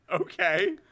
Okay